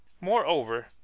moreover